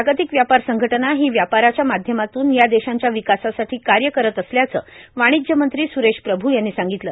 जागतिक व्यापार संघटना ही व्यापाराच्या माध्यमातून या देशांच्या विकासासाठी कार्य करत असल्याचं वाणिज्य मंत्री सुरेश प्रभू यांनी सांगितलं